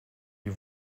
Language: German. die